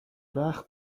وقت